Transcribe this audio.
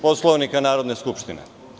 Poslovnika Narodne skupštine.